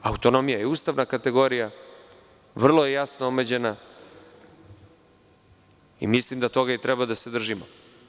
Autonomija je ustavna kategorija, vrlo je jasno omeđena i mislim da toga i treba da se držimo.